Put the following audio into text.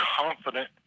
confident